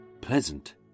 pleasant